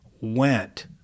went